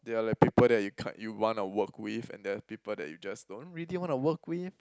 they are like people that you ca~ you wanna work with and there are people that you just don't really wanna work with